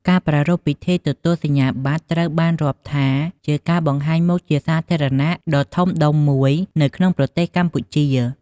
ការប្រារព្ធពិធីទទួលសញ្ញាប័ត្រត្រូវបានរាប់ថាជាការបង្ហាញមុខជាសាធារណៈដ៏ធំដុំមួយនៅក្នុងប្រទេសកម្ពុជា។